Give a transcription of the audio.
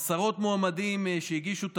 עשרות מועמדים שהגישו לתפקיד,